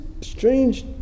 strange